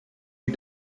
you